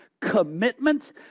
commitment